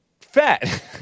fat